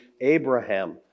Abraham